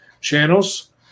channels